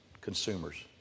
consumers